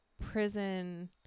prison